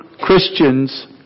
Christians